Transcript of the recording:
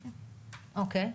אוקי.